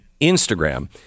Instagram